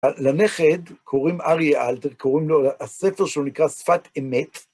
לנכד, קוראים אריה אלתר, קוראים לו, הספר שלו נקרא שפת אמת.